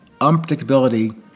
unpredictability